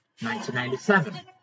1997